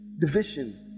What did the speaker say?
Divisions